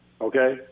Okay